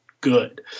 good